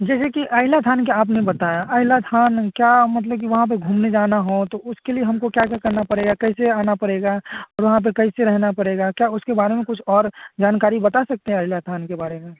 जैसे कि अईलाथान का आपने बताया अईलाथान क्या मतलब कि वहाँ पर घूमने जाना हो तो उसके लिए हमको क्या क्या करना पड़ेगा कैसे आना पड़ेगा वहाँ पर कैसे रहना पड़ेगा क्या उसके बारे में कुछ और जानकारी बता सकते हैं अईलाथान के बारे में